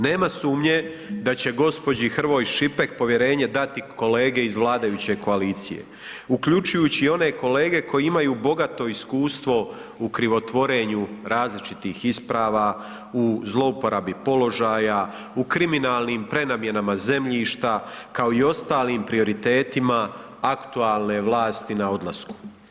Nema sumnje da će gospođi Hrvoj Šipek povjerenje dati povjerenje kolege iz vladajuće koalicije uključujući i one kolege koji imaju bogato iskustvo u krivotvorenju različitih isprava, u zlouporabi položaja u kriminalnim prenamjenama zemljišta kao i ostalim prioritetima aktualne vlasti na odlasku.